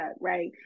right